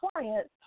clients